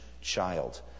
child